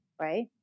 right